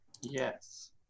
Yes